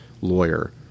lawyer